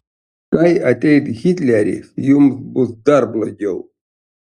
kai ateis hitleris jums bus dar blogiau